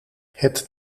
het